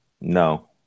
No